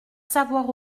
savoir